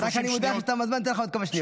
רק אני מודיע שתם הזמן, אתן לך עוד כמה שניות.